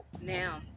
Now